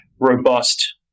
robust